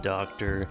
Doctor